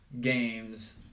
games